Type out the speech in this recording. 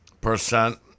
percent